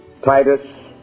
Titus